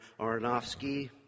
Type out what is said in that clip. Aronofsky